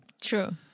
True